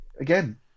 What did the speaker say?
Again